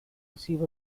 receive